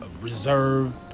reserved